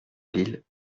lille